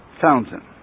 fountain